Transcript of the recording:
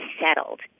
settled